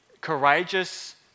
courageous